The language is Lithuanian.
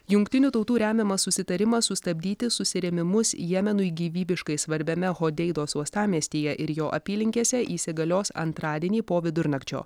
jungtinių tautų remiamas susitarimas sustabdyti susirėmimus jemenui gyvybiškai svarbiame hodeidos uostamiestyje ir jo apylinkėse įsigalios antradienį po vidurnakčio